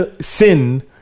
sin